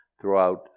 Throughout